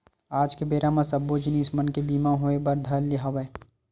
आज के बेरा म सब्बो जिनिस मन के बीमा होय बर धर ले हवय